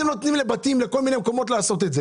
אתם נותנים לבתים, לכל מיני מקומות לעשות את זה